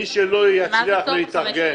מי שלא יצליח להתארגן